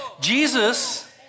Jesus